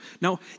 Now